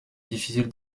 difficile